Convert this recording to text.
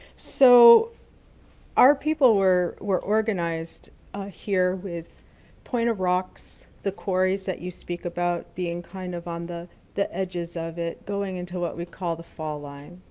so our people were were organized ah here with point of rocks, the quarries that you speak, about being kind of on the the edges of it, going into what we call the fall line,